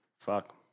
Fuck